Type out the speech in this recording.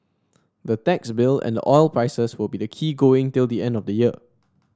the tax bill and the oil prices will be the key going till the end of the year